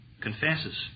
confesses